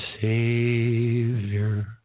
Savior